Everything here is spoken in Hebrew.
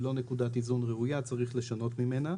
היא לא נקודת איזון ראויה וצריך לשנות אותה.